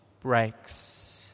breaks